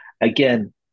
again